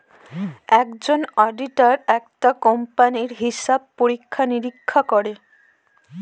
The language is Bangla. একজন অডিটার একটা কোম্পানির হিসাব পরীক্ষা নিরীক্ষা করে